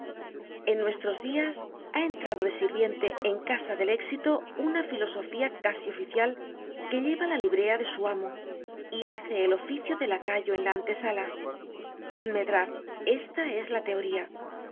en nuestros dias ha entrado de sirviente en casa del éxito una filosofía casi oficial que lleva la librea de su amo y hace el oficio de lacayo en la antesala medrad esta es la teoría